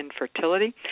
infertility